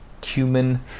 cumin